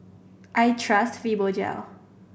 I trust Fibogel